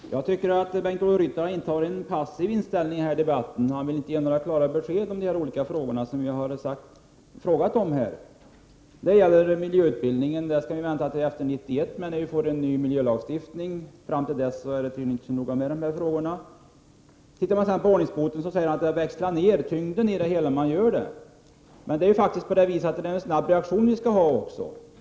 Herr talman! Jag tycker att Bengt-Ola Ryttar intar en passiv hållning i den här debatten. Han vill inte ge några klara besked i de olika frågor vi har ställt här. När det gäller miljöutbildningen skall vi vänta till efter 1991 när vi får en ny miljölagstiftning. Fram till dess är det tydligen inte så noga med de frågorna. När det gäller ordningsbotsfrågorna anser Bengt-Ola Ryttar att tyngden växlas ned. Men vi skall ha en snabb reaktion också.